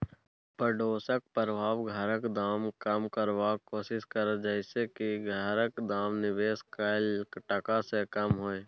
पडोसक प्रभाव घरक दाम कम करबाक कोशिश करते जइसे की घरक दाम निवेश कैल टका से कम हुए